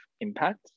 impact